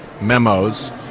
memos